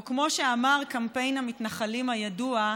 או כמו שאמר קמפיין המתנחלים הידוע: